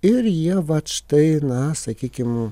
ir jie vat štai na sakykim